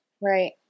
Right